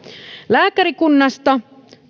lääkärikunnasta